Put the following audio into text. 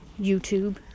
YouTube